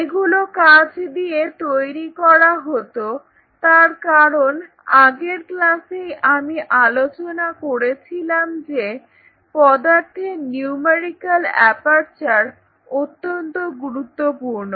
এগুলো কাঁচ দিয়ে তৈরি করা হত তার কারণ আগের ক্লাসেই আমি আলোচনা করেছিলাম যে পদার্থের নিউমেরিক্যাল অ্যাপারচার অত্যন্ত গুরুত্বপূর্ণ